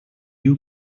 you